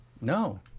No